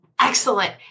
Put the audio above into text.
Excellent